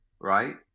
right